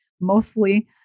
Mostly